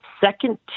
second